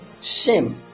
shem